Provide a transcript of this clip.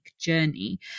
journey